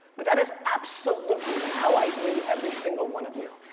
but that is absolutely how i view every single one of you.